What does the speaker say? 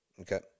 okay